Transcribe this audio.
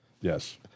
Yes